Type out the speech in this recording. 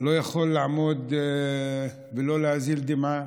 לא יכול לעמוד ולא להזיל דמעה.